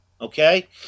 Okay